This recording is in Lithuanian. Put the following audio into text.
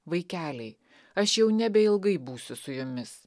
vaikeliai aš jau nebeilgai būsiu su jumis